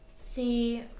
See